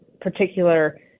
particular